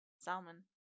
Salmon